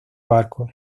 barco